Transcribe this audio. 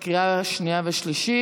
(תיקון מס' 5), לקריאה שנייה וקריאה שלישית.